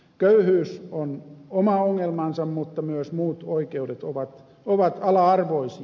köyhyys on oma ongelmansa mutta myös muut oikeudet ovat ala arvoisia